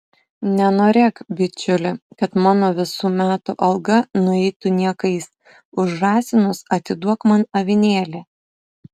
nenorėk bičiuli kad mano visų metų alga nueitų niekais už žąsinus atiduok man avinėlį